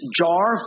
jar